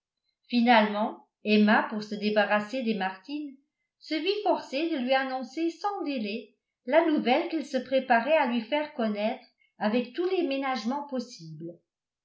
finalement emma pour se débarrasser des martin se vit forcée de lui annoncer sans délai la nouvelle qu'elle se préparait à lui faire connaître avec tous les ménagements possibles